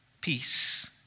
peace